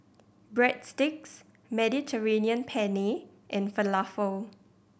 Breadsticks Mediterranean Penne and Falafel